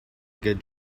good